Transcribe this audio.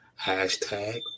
Hashtag